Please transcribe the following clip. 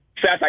Seth